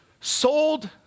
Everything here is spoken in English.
sold